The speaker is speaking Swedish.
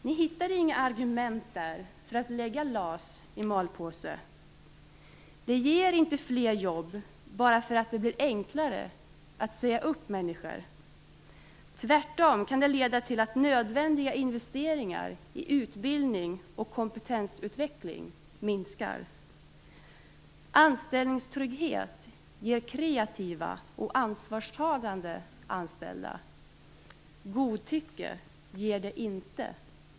Ni hittar inga argument där för att lägga LAS i malpåse. Det kommer inte fram fler jobb bara för att det blir enklare att säga upp människor. Tvärtom kan det leda till att nödvändiga investeringar i utbildning och kompetensutveckling minskar. Anställningstrygghet ger kreativa och ansvarstagande anställda. Godtycke ger det inte.